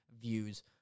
views